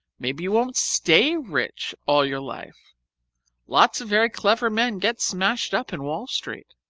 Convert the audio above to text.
maybe you won't stay rich all your life lots of very clever men get smashed up in wall street.